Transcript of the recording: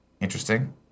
Interesting